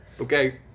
okay